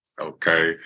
okay